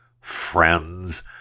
friends